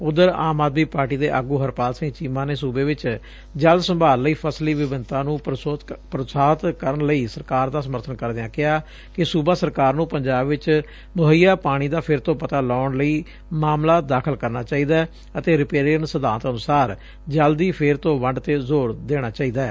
ਉਧਰ ਆਮ ਆਦਮੀ ਪਾਰਟੀ ਦੇ ਆਗੁ ਹਰਪਾਲ ਸਿੰਘ ਚੀਮਾ ਨੇ ਸੁਬੇ ਵਿਚ ਜਲ ਸੰਭਾਲ ਲਈ ਫਸਲੀ ਵਿਭਿੰਨਤਾ ਨੰ ਪ੍ਰੋਤਸਾਹਤ ਕਰਨ ਲਈ ਸਰਕਾਰ ਦਾ ਸਮਰਬਨ ਕਰਦਿਆਂ ਕਿਹਾ ਕਿ ਸੁਬਾ ਸਰਕਾਰ ਨੂੰ ਪੰਜਾਬ ਵਿਚ ਮੁੱਹਈਆ ਪਾਣੀ ਦਾ ਫਿਰ ਤੋਂ ਪਤਾ ਲਾਉਣ ਲਈ ਮਾਮਲਾ ਦਾਖਲ ਕਰਨਾ ਚਾਹੀਦੈ ਅਤੇ ਰਿਪੇਰੀਅਨ ਸਿਧਾਂਤ ਅਨੁਸਾਰ ਜਲ ਦੀ ਫੇਰ ਤੋ ਵੰਡ ਤੇ ਜ਼ੋਰ ਦੇਣਾ ਚਾਹੀਦੈ